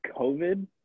COVID